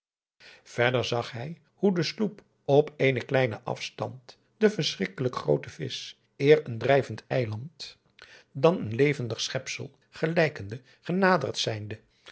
zag hij hoe de sloep op een kleinen afstand den verschrikkelijk groeten visch eer een drijvend eiland dan een levendig schepsel gelijkende genaderd zijnde